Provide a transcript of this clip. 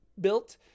built